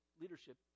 leadership